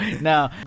no